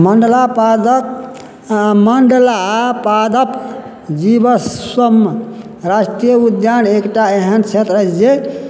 मण्डला पादप हँ मण्डला पादप जीवश्वम राष्ट्रीय उद्द्यान एकटा एहन छेत्र अछि जे